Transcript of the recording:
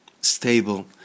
stable